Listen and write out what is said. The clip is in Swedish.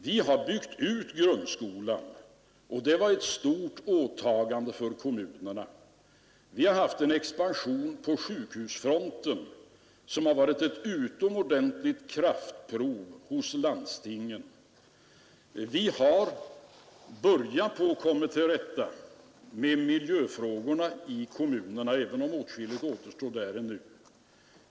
Vi har byggt ut grundskolan — det var ett stort åtagande för kommunerna. Vi har haft en expansion på sjukhusfronten som har varit ett utomordentligt kraftprov för landstingen. Vi har börjat på att komma till rätta med miljöfrågorna i kommunerna, även om åtskilligt återstår där ännu.